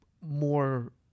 more